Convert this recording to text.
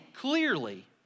clearly